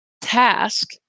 task